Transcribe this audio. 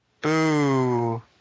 Boo